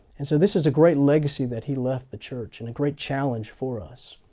and so this is a great legacy that he left the church, and a great challenge for us.